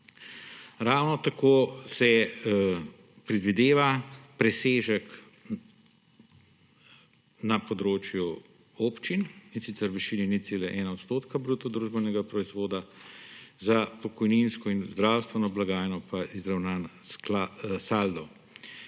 Ravno tako se predvideva presežek na področju občin, in sicer v višini 0,1 % bruto družbenega proizvoda, za pokojninsko in zdravstveno blagajno pa izravnan saldo.